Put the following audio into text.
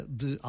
de